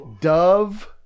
dove